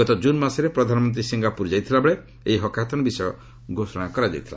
ଗତ ଜୁନ୍ ମାସରେ ପ୍ରଧାନମନ୍ତ୍ରୀ ସିଙ୍ଗାପୁର ଯାଇଥିବାବେଳେ ଏହି ହକାଥନ ବିଷୟ ଘୋଷଣା କରାଯାଇଥିଲା